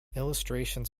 illustrations